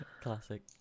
Classic